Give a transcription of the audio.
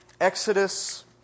Exodus